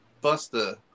Buster